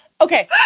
Okay